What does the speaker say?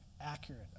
accurate